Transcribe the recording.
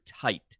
tight